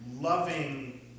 loving